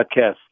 podcast